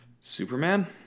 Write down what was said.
Superman